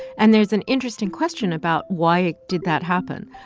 and there's an interesting question about why did that happen.